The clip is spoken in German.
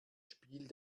spiel